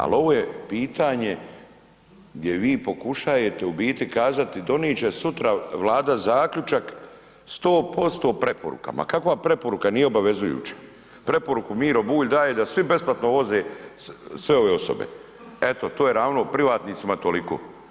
Al ovo je pitanje gdje vi pokušajete u biti kazati donit će sutra Vlada zaključak 100% preporukama, kakva preporuka, nije obavezujuća, preporuku Miro Bulj daje da svi besplatno voze sve ove osobe, eto to je ravno, o privatnicima toliko.